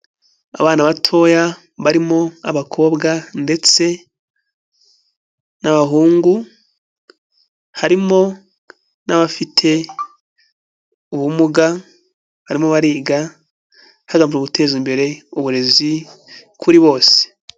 Abana batoya barimo abakobwa ndetse n'abahungu, harimo n'abafite ubumuga barimo bariga hagamijwe guteza imbere uburezi kuri bose.